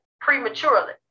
prematurely